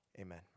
Amen